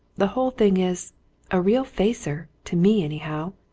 the whole thing is a real facer! to me anyhow.